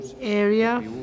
area